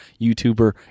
YouTuber